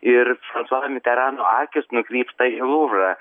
ir fransua miterano akys nukrypsta į luvrą